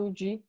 de